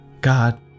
God